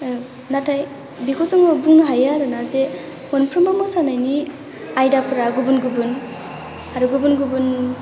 नाथाय बिखौ जोङो बुंनो हायो आरोना जे खनफ्रोमबो मोसानायनि आयदाफोरा गुबुन गुबुन आरो गुबुन गुबुन